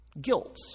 Guilt